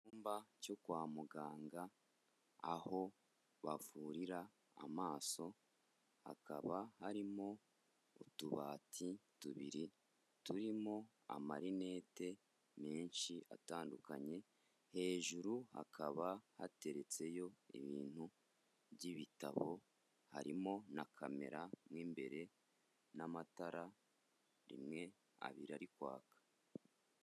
Icyumba cyo kwa muganga aho bavurira amaso hakaba harimo utubati tubiri turimo amarinete menshi atandukanye, hejuru hakaba hateretseyo ibintu by'ibitabo harimo na kamera mu imbere n'amatara rimwe abiri ari kwaka.